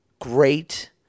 Great